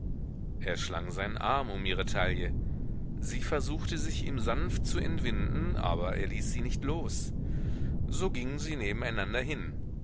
er schlang seinen arm um ihre taille sie versuchte sich ihm sanft zu entwinden aber er ließ sie nicht los so gingen sie nebeneinander hin